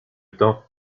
temps